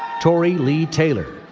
tori leigh taylor.